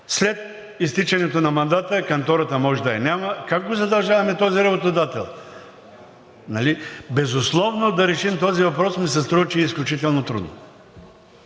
след изтичането на мандата кантората може да я няма – как го задължаваме този работодател? Безусловно да решим този въпрос, ми се струва, че е изключително трудно.